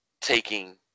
taking